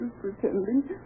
pretending